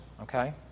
okay